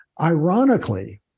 Ironically